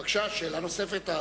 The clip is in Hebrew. בבקשה, שאלה נוספת.